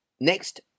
Next